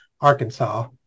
Arkansas